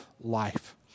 life